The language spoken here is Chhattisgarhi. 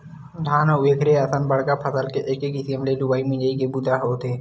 धान अउ एखरे असन बड़का फसल के एके किसम ले लुवई मिजई के बूता ह होथे